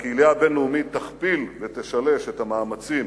שהקהילייה הבין-לאומית תכפיל ותשלש את המאמצים